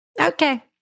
okay